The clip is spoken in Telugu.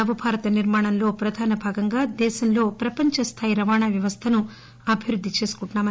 నవ భారతనిర్మాణంలో ప్రధాన భాగంగా దేశంలో ప్రపంచ స్దాయి రవాణా వ్యవస్థను అభివృద్ది చేసుకుంటున్నాము